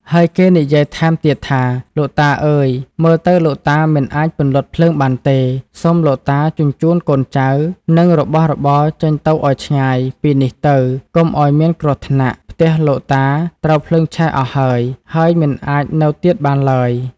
ហើយគេនិយាយថែមទៀតថា លោកតា អើយ! មើលទៅលោកតាមិនអាចពន្លត់ភ្លើងបានទេ សូមលោកតាជញ្ជូនកូនចៅ និង របស់របរចេញទៅឱ្យឆ្ងាយពីនេះទៅ កុំឱ្យមានគ្រោះថ្នាក់ ផ្ទះលោកតាត្រូវភ្លើងឆេះអស់ហើយ ហើយមិនអាចនៅទៀតបានឡើយ។